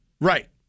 Right